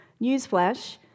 Newsflash